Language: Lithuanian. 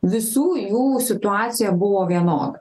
visų jų situacija buvo vienoda